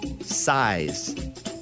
size